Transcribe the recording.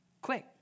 Quick